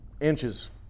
inches